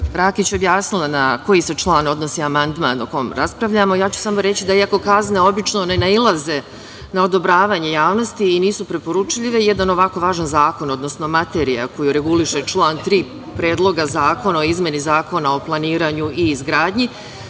Rakić objasnila na koji se član odnosi amandman o kom raspravljamo, ja ću samo reći da iako kazne obično ne nailaze na odobravanje javnosti i nisu preporučljive, jedan ovako važan zakon, odnosno materija koju reguliše član 3. Predloga zakona o izmeni Zakona o planiranju i izgradnji